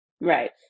Right